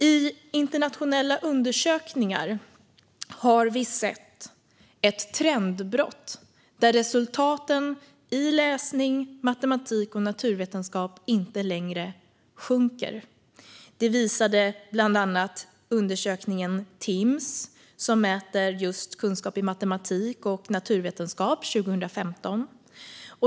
I internationella undersökningar har vi sett ett trendbrott som innebär att resultaten i läsning, matematik och naturvetenskap inte längre sjunker. Det visade bland annat undersökningen Timss, som mäter just kunskap i matematik och naturvetenskap, 2015.